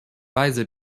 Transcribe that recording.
weise